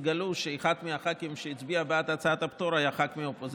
תגלו שאחד מהח"כים שהצביע בעד הצעת הפטור היה ח"כ מהאופוזיציה,